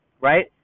right